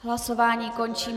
Hlasování končím.